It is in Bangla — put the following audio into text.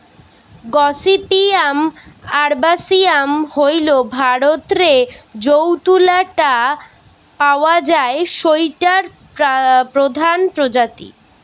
গসিপিয়াম আরবাসিয়াম হইল ভারতরে যৌ তুলা টা পাওয়া যায় সৌটার প্রধান প্রজাতি